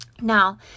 Now